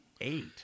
Eight